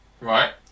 Right